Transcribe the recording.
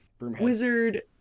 wizard